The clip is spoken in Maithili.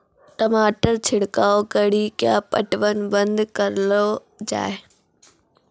टमाटर छिड़काव कड़ी क्या पटवन बंद करऽ लो जाए?